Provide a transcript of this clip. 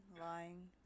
lying